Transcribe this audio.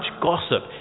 gossip